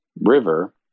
river